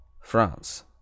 France